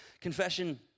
Confession